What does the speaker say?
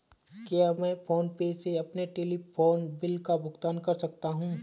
क्या मैं PhonePe से अपने टेलीफोन बिल का भुगतान कर सकता हूँ?